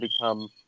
become